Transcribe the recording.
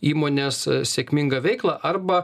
įmonės sėkmingą veiklą arba